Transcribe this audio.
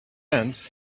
end